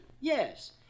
Yes